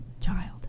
child